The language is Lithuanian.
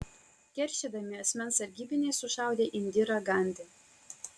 keršydami asmens sargybiniai sušaudė indirą gandi